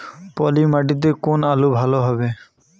পলি মাটিতে কোন আলু ভালো হবে?